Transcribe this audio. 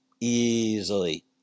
Easily